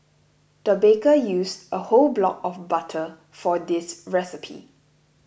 the baker used a whole block of butter for this recipe